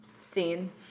Scene